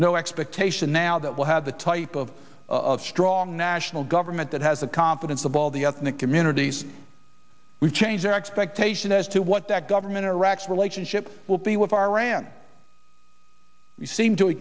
no expectation now that we'll have the type of of a strong national government that has the confidence of all the ethnic communities we change our expectation as to what that government iraq's relationship will be with iran you seem to a